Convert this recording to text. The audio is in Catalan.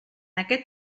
aquest